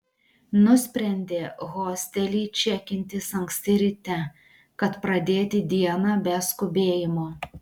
nusprendė hostely čekintis anksti ryte kad pradėti dieną be skubėjimo